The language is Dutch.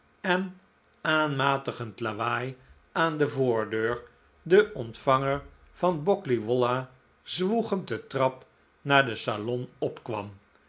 en aanmatigend lawaai aan de voordeur de ontvanger van boggley wollah zwoegend de trap naar het salon opkwam